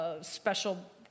special